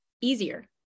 easier